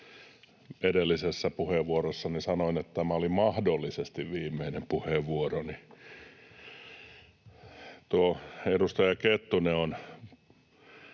edellisessä puheenvuorossani sanoin, että tämä oli mahdollisesti viimeinen puheenvuoroni. Tuo edustaja Kettunen